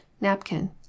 napkin